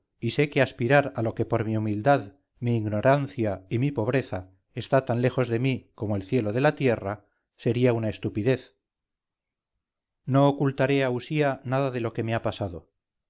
y sé que aspirar a lo que por mi humildad mi ignorancia y mi pobreza está tan lejos de mí como el cielo de la tierra sería una estupidez no ocultaré a usía nada de lo que me ha pasado